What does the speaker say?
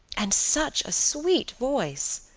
and such a sweet voice!